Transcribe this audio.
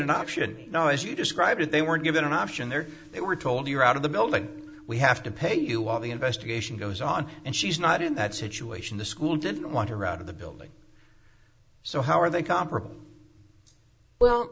an option now as you described and they weren't given an option there they were told you're out of the building we have to pay you while the investigation goes on and she's not in that situation the school didn't want to run out of the building so how are they comparable well